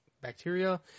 bacteria